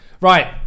Right